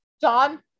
John